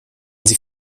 sie